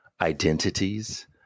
identities